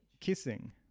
kissing